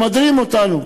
ממדרים אותנו,